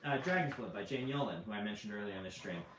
dragon's blood by jane yolen, who i mentioned earlier on this stream,